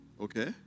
okay